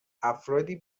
افرادی